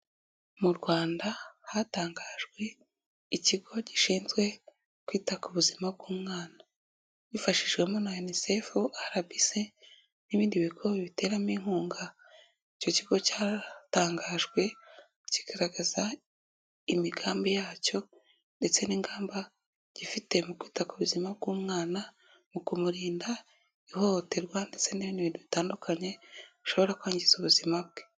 Mu Rwanda hatangajwe ikigo gishinzwe kwita ku buzima bw'umwana. Kifashishijwemo na UNICEF RBC n'ibindi bigo bibiteramo inkunga, icyo kigo cyatangajwe kigaragaza imigambi yacyo ndetse n'ingamba gifite mu kwita ku buzima bw'umwana, mu kumurinda ihohoterwa ndetse n'ibindi bintu bitandukanye bishobora kwangiza ubuzima bwe.